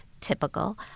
typical